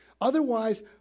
Otherwise